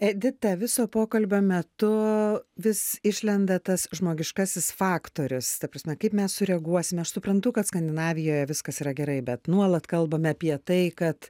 edita viso pokalbio metu vis išlenda tas žmogiškasis faktorius ta prasme kaip mes sureaguosime aš suprantu kad skandinavijoje viskas yra gerai bet nuolat kalbame apie tai kad